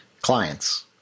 clients